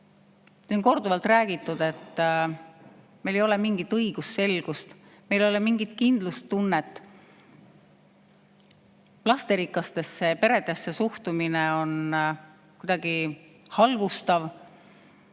On korduvalt räägitud, et meil ei ole mingit õigusselgust, meil ei ole mingit kindlustunnet. Lasterikastesse peredesse suhtumine on halvustav,